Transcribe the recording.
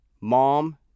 mom